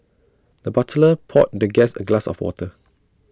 the butler poured the guest A glass of water